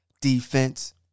Defense